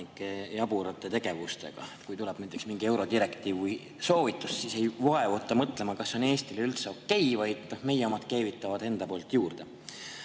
jaburate tegevustega. Kui tuleb näiteks mingi eurodirektiiv või ‑soovitus, siis ei vaevuta mõtlema, kas see on Eestile üldse okei, vaid meie omad keevitavad omalt poolt juurde. Aga